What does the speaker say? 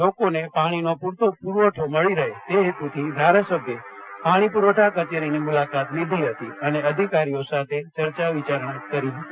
લોકોને પાણીનો પૂરતો પુરવઠો મળી રહે તે હેતુથી ધારાસભ્યે પાણી પુરવઠા કચેરીની મુલાકાત લીધી હતી અને અધિકારીઓ સાથે ચર્ચા વિચારણ કરી હતી